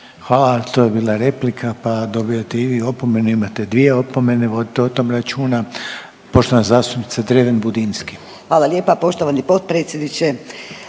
Hvala. To je bila replika pa dobivate i vi opomenu. Imate 2 opomene, vodite o tom računa. Poštovana zastupnica Dreven Budinski. **Dreven Budinski,